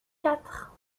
quatre